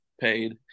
paid